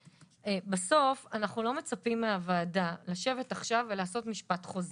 בסוף אנחנו לא מצפים מהוועדה לשבת עכשיו ולעשות משפט חוזר.